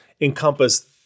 encompass